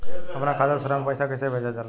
अपना खाता से दूसरा में पैसा कईसे भेजल जाला?